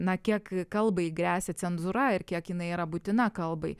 na kiek kalbai gresia cenzūra ir kiek jinai yra būtina kalbai